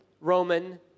Roman